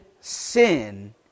sin